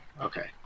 Okay